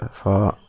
for